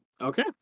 Okay